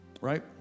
Right